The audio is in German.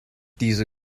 diese